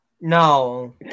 No